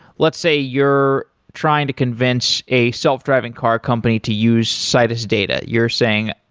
let's say you're trying to convince a self-driving car company to use citus data. you're saying,